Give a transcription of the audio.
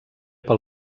pel